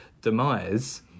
demise